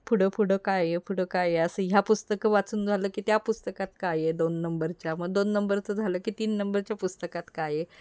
पुढे पुढे काय आहे पुढे काय आहे असं ह्या पुस्तकं वाचून झालं की त्या पुस्तकात काय आहे दोन नंबरच्या मग दोन नंबरचं झालं की तीन नंबरच्या पुस्तकात काय आहे